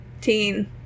Teen